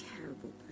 terrible